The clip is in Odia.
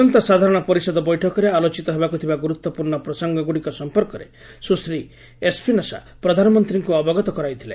ଆସନ୍ତା ସାଧାରଣ ପରିଷଦ ବୈଠକରେ ଆଲୋଚିତ ହେବାକୁ ଥିବା ଗୁରୁତ୍ୱପୂର୍ଣ୍ଣ ପ୍ରସଙ୍ଗଗୁଡ଼ିକ ସଂପର୍କରେ ସୁଶ୍ରୀ ଏସ୍ପିନସା ପ୍ରଧାନମନ୍ତ୍ରୀଙ୍କୁ ଅବଗତ କରାଇଥିଲେ